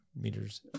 meters